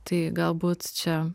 tai galbūt čia